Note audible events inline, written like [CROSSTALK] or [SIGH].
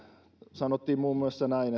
sanottiin muun muassa näin [UNINTELLIGIBLE]